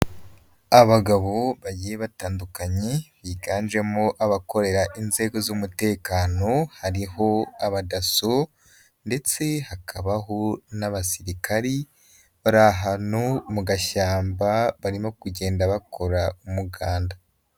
Abagabo bagiye batandukanye biganjemo abakorera inzego z'umutekano, hariho Abadaso ndetse hakabaho n'abasirikari, bari ahantu mu gashyamba barimo kugenda bakora umuganda.